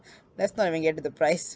let's not even get to the price